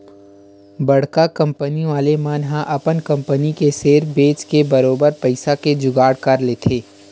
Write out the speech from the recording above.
बड़का कंपनी वाले मन ह अपन कंपनी के सेयर बेंच के बरोबर पइसा के जुगाड़ कर लेथे